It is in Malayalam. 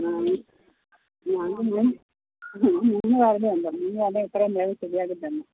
മൂന്ന് പേരുടെ ഉണ്ട് മൂന്ന് പേരുടെയും ഉണ്ട് എത്രയും വേഗം ശെരിയാക്കി തരണം